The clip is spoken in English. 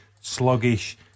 Sluggish